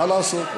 מה לעשות?